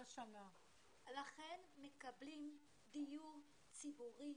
מקבלים דיור ציבורי